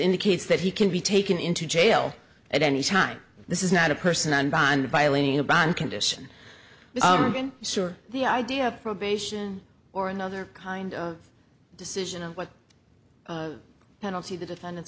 indicates that he can be taken into jail at any time this is not a person on bond violating a bond condition or being sure the idea of probation or another kind of decision what penalty the defendant's